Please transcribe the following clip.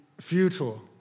futile